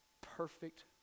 perfect